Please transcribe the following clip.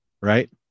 Right